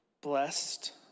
blessed